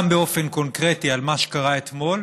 גם באופן קונקרטי על מה שקרה אתמול,